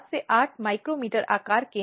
जो कि अवैध है जहां तक भारत का संबंध है